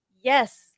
Yes